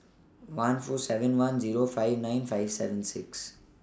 one four seven one Zero five nine five seven six